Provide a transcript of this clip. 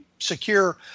secure